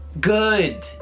Good